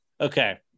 Okay